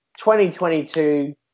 2022